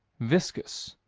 viscous,